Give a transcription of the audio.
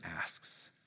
asks